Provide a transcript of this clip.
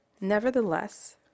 nevertheless